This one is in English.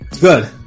Good